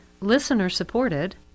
listener-supported